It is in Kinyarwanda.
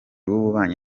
w’ububanyi